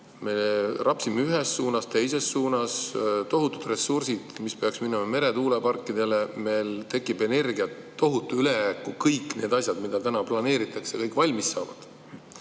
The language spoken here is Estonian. Me rapsime ühes suunas, teises suunas, tohutud ressursid peaksid minema meretuuleparkidele. Meil tekib tohutu energia ülejääk, kui kõik need asjad, mida täna planeeritakse, valmis saavad.